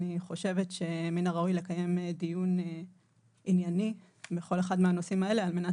אני חושבת שמן הראוי לקיים דיון ענייני בכל אחד מהנושאים האלה על מנת